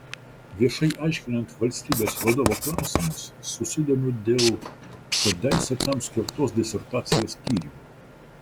viešai aiškinant valstybės vadovo klausimus susidomiu dėl kadaise tam skirtos disertacijos tyrimų